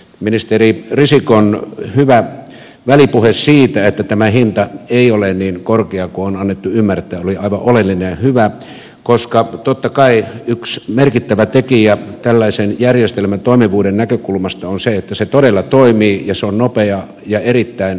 ministeri risikon hyvä välipuhe siitä että tämä hinta ei ole niin korkea kuin on annettu ymmärtää oli aivan oleellinen ja hyvä koska totta kai yksi merkittävä tekijä tällaisen järjestelmän toimivuuden näkökulmasta on se että se todella toimii ja se on nopea ja erittäin helppo käyttää